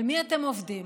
על מי אתם עובדים?